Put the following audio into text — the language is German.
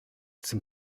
zum